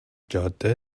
جاده